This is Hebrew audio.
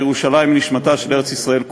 הרי ירושלים היא נשמתה של ארץ-ישראל כולה".